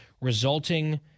resulting